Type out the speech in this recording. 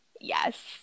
Yes